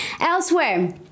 Elsewhere